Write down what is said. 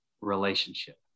relationship